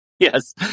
Yes